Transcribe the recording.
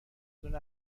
دونه